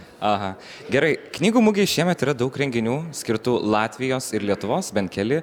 aha gerai knygų mugėj šiemet yra daug renginių skirtų latvijos ir lietuvos bent keli